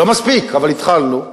לא מספיק, אבל התחלנו,